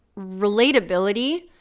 relatability